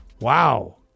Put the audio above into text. Wow